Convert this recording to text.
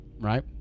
right